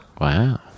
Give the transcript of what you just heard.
wow